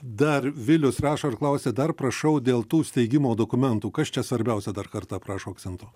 dar vilius rašo ir klausia dar prašau dėl tų steigimo dokumentų kas čia svarbiausia dar kartą prašo akcento